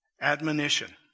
admonition